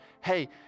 hey